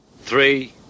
three